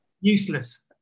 Useless